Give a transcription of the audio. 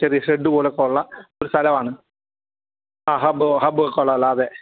ചെറിയ ഷെഡ് പോലൊക്കെ ഉള്ള ഒരു സ്ഥലമാണ് ആ ഹബ് ഹബ് ഒക്കെയുള്ള ഉള്ള അതെ